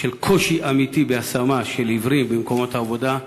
של קושי אמיתי בהשמה של עיוורים במקומות עבודה.